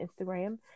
Instagram